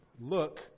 look